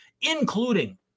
including